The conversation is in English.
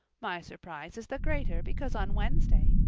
my surprize is the greater because on wednesday,